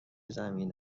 زمین